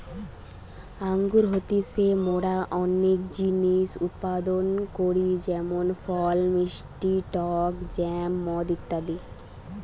আঙ্গুর হইতে মোরা অনেক জিনিস উৎপাদন করি যেমন ফল, মিষ্টি টক জ্যাম, মদ ইত্যাদি